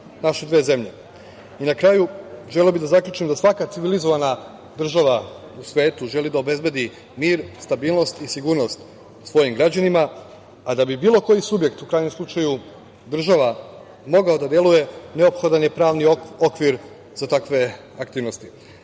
naše dve zemlje. Na kraju, želeo bih da zaključim da svaka civilizovana država u svetu želi da obezbedi mir, stabilnost i sigurnost svojim građanima, a da bi bilo koji subjekt, u krajnjem slučaju država mogla da deluje neophodan je pravni okvir za takve aktivnosti,